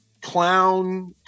Clown